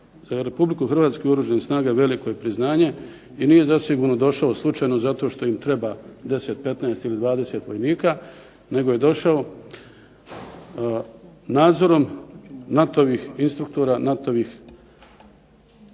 za RH i Oružane snage veliko je priznanje i nije zasigurno došao slučajno zato što im treba 10, 15 ili 20 vojnika nego je došao nadzorom NATO-vih instruktora, NATO-vih